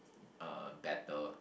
uh batter